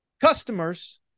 customers